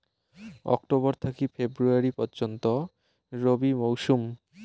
October থাকি February পর্যন্ত রবি মৌসুম